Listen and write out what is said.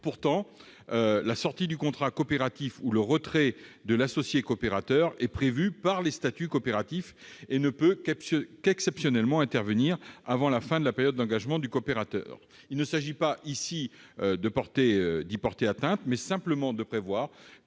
Pourtant, la sortie du contrat coopératif ou le retrait de l'associé coopérateur sont prévus par les statuts coopératifs et ne peuvent qu'exceptionnellement intervenir avant la fin de la période d'engagement du coopérateur. Il ne s'agit pas d'y porter atteinte, mais seulement de prévoir